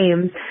Games